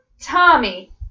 Tommy